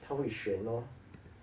他会选 lor